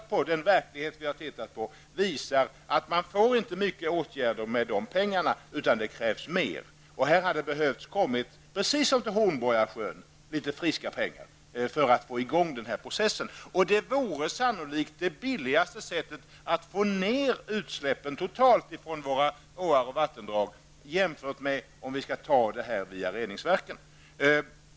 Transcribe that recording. Men verkligheten visar att det inte blir så många åtgärder för de pengarna, utan det krävs mer pengar. Precis som fallet blev för Hornborgarsjöns restaurering hade det behövts friska pengar också här för att få i gång processen. Det vore sannolikt det billigaste sättet att minska utsläppen från våra åar och vattendrag i stället för att vidta åtgärder via reningsverken.